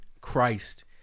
Christ